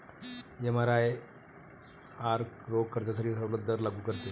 एमआरआयआर रोख कर्जासाठी सवलत दर लागू करते